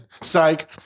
Psych